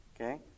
Okay